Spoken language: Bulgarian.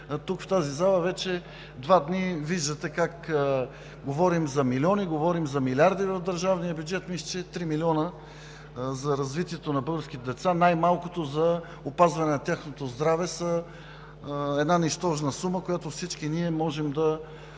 тук, в тази зала вече два дни виждате как говорим за милиони, говорим за милиарди в държавния бюджет. Мисля, че 3 млн. лв. за развитието на българските деца, най-малкото за опазване на тяхното здраве, са една нищожна сума, която всички ние можем да